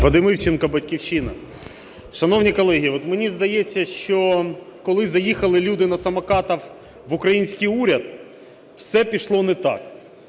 Вадим Івченко, "Батьківщина". Шановні колеги, от мені здається, що коли заїхали люди на самокатах в український уряд, все пішло не так,